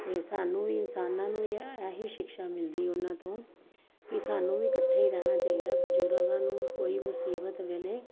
ਅਤੇ ਸਾਨੂੰ ਵੀ ਇਨਸਾਨਾਂ ਨੂੰ ਏ ਇਹ ਹੀ ਸ਼ਿਕਸ਼ਾ ਮਿਲਦੀ ਉਹਨਾਂ ਤੋਂ ਵੀ ਸਾਨੂੰ ਵੀ ਇਕੱਠੇ ਹੀ ਰਹਿਣਾ ਚਾਹੀਦਾ ਬਜ਼ੁਰਗਾਂ ਨੂੰ ਕੋਈ ਮੁਸੀਬਤ ਵੇਲੇ